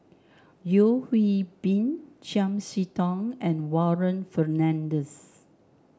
Yeo Hwee Bin Chiam See Tong and Warren Fernandez